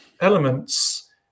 elements